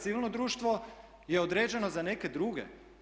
Civilno društvo je određeno za neke druge.